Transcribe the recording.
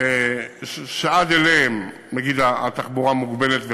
שעד אליהן, נגיד, התחבורה מוגבלת וכו'.